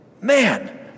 man